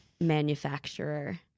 manufacturer